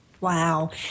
Wow